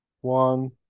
One